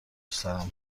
سرم